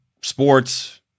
sports